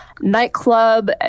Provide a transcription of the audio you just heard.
nightclub